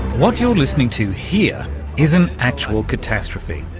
what you're listening to here is an actual catastrophe.